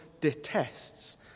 detests